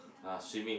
uh swimming